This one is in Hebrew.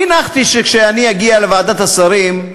הנחתי שכשאני אגיע לוועדת השרים,